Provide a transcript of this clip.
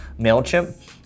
Mailchimp